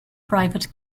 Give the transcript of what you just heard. private